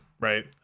right